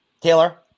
Taylor